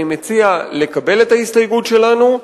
אני מציע לקבל את ההסתייגות שלנו.